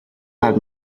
have